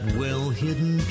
well-hidden